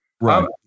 Right